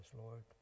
Lord